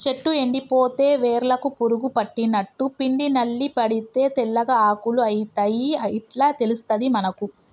చెట్టు ఎండిపోతే వేర్లకు పురుగు పట్టినట్టు, పిండి నల్లి పడితే తెల్లగా ఆకులు అయితయ్ ఇట్లా తెలుస్తది మనకు